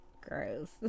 Gross